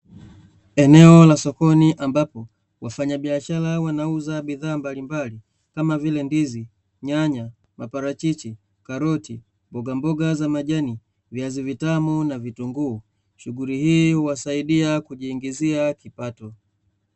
Eneo la sokoni ambapo wafanyabiashara wanauza bidhaa mbalimbali kama vile: ndizi, nyanya, maparachichi, karoti, mboga mboga za majani, viazi vitamu na vitunguu, shughuli hii huwasaidia kujiingizia kipato.